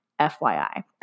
FYI